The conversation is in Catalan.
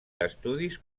d’estudis